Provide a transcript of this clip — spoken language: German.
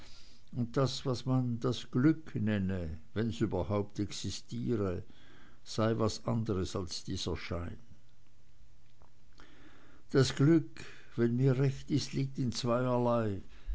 und das was man das glück nenne wenn's überhaupt existiere sei was anderes als dieser schein das glück wenn mir recht ist liegt in zweierlei